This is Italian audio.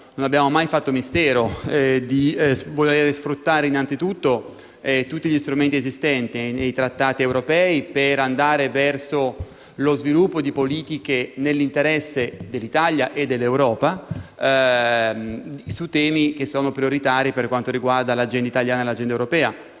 non abbiamo mai fatto mistero di voler sfruttare innanzitutto tutti gli strumenti esistenti nei Trattati europei per andare verso lo sviluppo di politiche nell'interesse dell'Italia e dell'Europa su temi che sono prioritari per quanto riguarda l'agenda italiana e l'agenda europea: